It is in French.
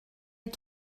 est